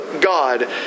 God